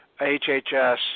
hhs